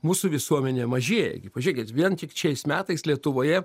mūsų visuomenė mažėja pažėkit vien tik šiais metais lietuvoje